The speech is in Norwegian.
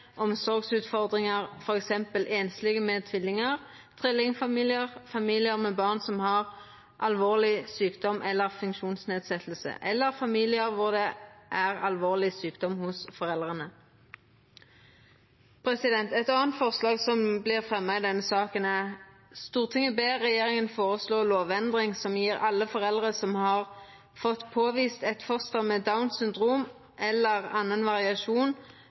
omsorgsutfordringer, for eksempel enslige med tvillinger, trillingfamilier, familier med barn som har alvorlig sykdom eller funksjonsnedsettelser, eller familier hvor det er alvorlig sykdom hos foreldrene.» Eit anna forslag som vert fremja i denne saka, lyder: «Stortinget ber regjeringen foreslå lovendringer som gir alle foreldre som har fått påvist et foster med Downs syndrom eller annen variasjon